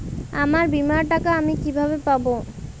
আমার বীমার টাকা আমি কিভাবে পাবো?